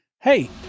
hey